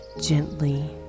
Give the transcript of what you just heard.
gently